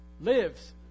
lives